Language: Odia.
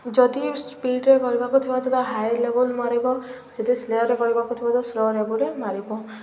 ଯଦି ସ୍ପିଡ଼୍ରେ କରିବାକୁ ଥିବା ହାଇ ଲେବୁଲ୍ ମାରିବ ଯଦି ସ୍ଲୋରେ କରିବାକୁ ଥିବ ତ ସ୍ଲୋ ଲେବୁଲ୍ରେ ମାରିବ